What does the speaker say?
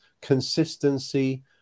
consistency